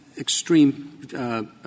extreme